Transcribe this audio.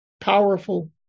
powerful